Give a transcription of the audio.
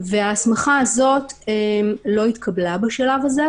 וההסמכה הזאת לא התקבלה בשלב הזה,